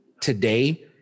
today